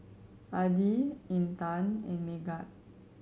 Adi Intan and Megat